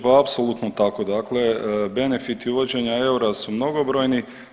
Pa apsolutno tako, dakle benefiti uvođenja eura su mnogobrojni.